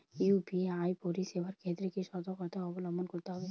UPI পরিসেবার ক্ষেত্রে কি সতর্কতা অবলম্বন করতে হবে?